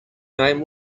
name